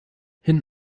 hin